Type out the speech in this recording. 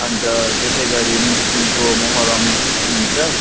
अनि त त्यसै गरी मुस्लिमको मोहर्रम हुन्छ